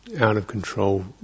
out-of-control